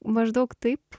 maždaug taip